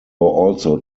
also